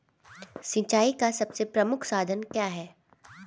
सिंचाई का सबसे प्रमुख साधन क्या है?